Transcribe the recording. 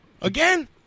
Again